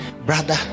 brother